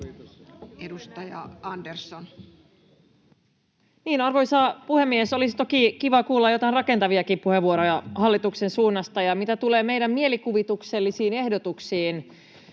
16:48 Content: Arvoisa puhemies! Olisi toki kiva kuulla joitain rakentaviakin puheenvuoroja hallituksen suunnasta. Mitä tulee meidän mielikuvituksellisiin ehdotuksiimme,